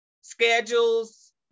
schedules